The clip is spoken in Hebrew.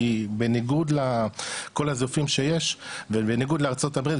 כי בניגוד לכל הזיופים שיש ובניגוד לארצות הברית,